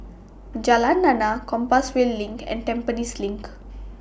Jalan Lana Compassvale LINK and Tampines LINK